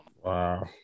Wow